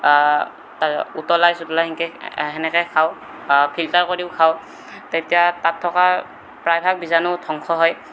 উতলাই ছুতলাই সেনকে সেনেকৈ খাওঁ ফিল্টাৰ কৰিও খাওঁ তেতিয়া তাত থকা প্ৰায়ভাগ বীজাণু ধ্বংস হয়